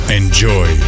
Enjoy